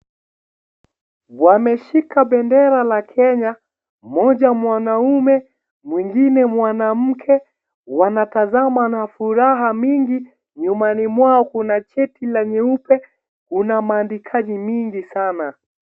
Wameshika bendera la Kenya, mmoja mwanaume mwengine mwanamke. Wanatazama na furaha mingi. Nyumani mwao kuna cheti la nyeupe una maandikaji ming sana.